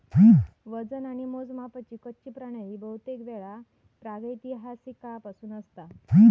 वजन आणि मोजमापाची कच्ची प्रणाली बहुतेकवेळा प्रागैतिहासिक काळापासूनची असता